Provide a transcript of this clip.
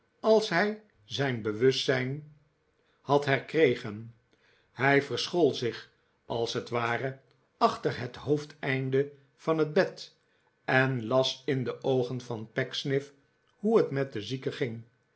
als hij zijn bewustzijn had herkregen hij verschool zich als het ware achter het hoofdeinde van het bed en las in de oogen van pecksniff hoe het met den zieke ging